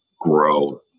grow